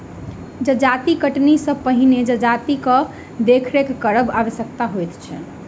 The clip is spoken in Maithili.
जजाति कटनी सॅ पहिने जजातिक देखरेख करब आवश्यक होइत छै